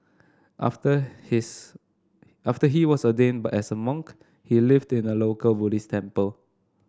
after his after he was ordained but as a monk he lived in a local Buddhist temple